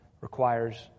requires